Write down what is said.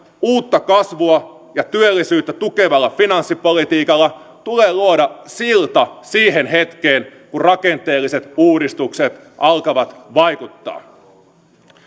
uutta kasvua ja työllisyyttä tukevalla finanssipolitiikalla tulee luoda silta siihen hetkeen kun rakenteelliset uudistukset alkavat vaikuttaa